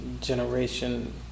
generation